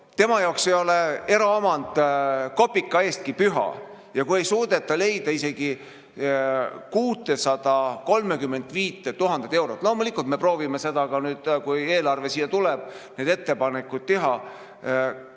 poole jaoks ei ole eraomand kopika eestki püha. Kui ei suudeta leida isegi 635 000 eurot. Loomulikult, me proovime nüüd, kui eelarve siia tuleb, sellekohaseid ettepanekuid teha,